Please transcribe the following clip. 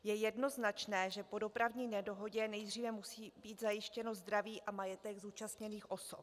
Je jednoznačné, že po dopravní nehodě nejdřív musí být zajištěno zdraví a majetek zúčastněných osob.